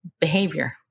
behavior